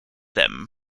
them